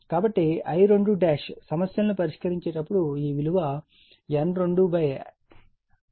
కాబట్టి I2సమస్యల ను పరిష్కరించేటప్పుడు ఈ విలువ N2 N1 I2 అవుతుంది